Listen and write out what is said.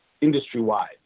industry-wide